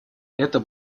эта